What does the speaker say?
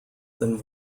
than